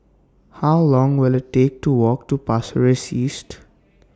How Long Will IT Take to Walk to Pasir Ris East